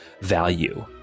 value